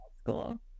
school